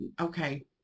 Okay